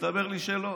הסתבר לי שלא.